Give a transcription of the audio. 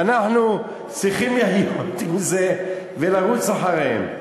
ואנחנו צריכים לחיות עם זה ולרוץ אחריהם.